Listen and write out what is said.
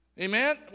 Amen